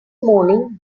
moaning